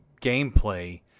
gameplay